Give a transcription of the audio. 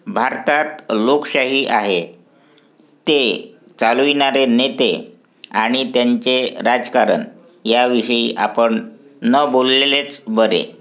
भारतात लोकशाही आहे ते चालविणारे नेते आणि त्यांचे राजकारण याविषयी आपण न बोललेलेच बरे